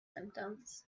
symptoms